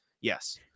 Yes